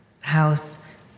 House